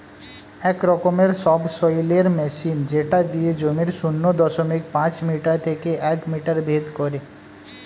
এক রকমের সবসৈলের মেশিন যেটা দিয়ে জমির শূন্য দশমিক পাঁচ মিটার থেকে এক মিটার ভেদ করে